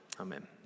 Amen